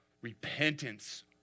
Repentance